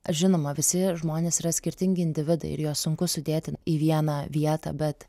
žinoma visi žmonės yra skirtingi individai ir juos sunku sudėti į vieną vietą bet